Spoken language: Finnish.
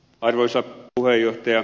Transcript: arvoisa puheenjohtaja